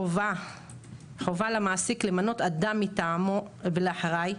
חובה על המעסיק למנות אדם מטעמו ולאחראי,